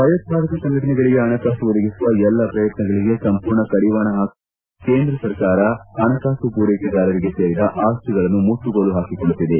ಭಯೋತ್ತಾದಕ ಸಂಘಟನೆಗಳಿಗೆ ಪಣಕಾಸು ಒದಗಿಸುವ ಎಲ್ಲಾ ಶ್ರಯತ್ನಗಳಿಗೆ ಸಂಪೂರ್ಣ ಕಡಿವಾಣ ಹಾಕುವ ಭಾಗವಾಗಿ ಕೇಂದ್ರ ಸರ್ಕಾರ ಹಣಕಾಸು ಪೂರೈಕೆದಾರರಿಗೆ ಸೇರಿದ ಆಸ್ತಿಗಳನ್ನು ಮುಟ್ಟುಗೋಲು ಹಾಕೊಳ್ಳುತ್ತಿದೆ